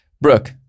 Brooke